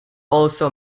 also